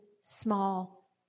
small